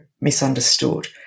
misunderstood